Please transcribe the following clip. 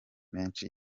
menshi